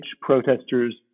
protesters